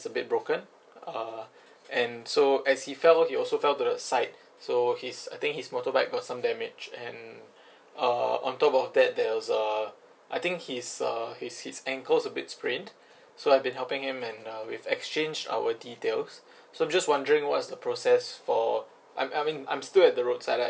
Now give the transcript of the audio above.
a bit broken uh and so as he fell off he also fell to the side so his I think his motorbike got some damage and uh on top of that there is uh I think his uh his his ankles a bit sprained so I've been helping him and uh we've exchanged our details so I'm just wondering what is the process for I'm I mean I'm still at the roadside like